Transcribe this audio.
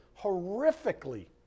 horrifically